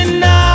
now